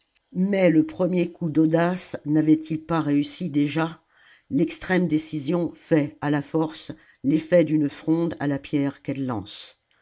mais le premier coup d'audace n'avait-il pas réussi déjà l'extrême décision fait à la force l'effet d'une fronde à la pierre qu'elle lance